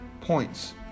points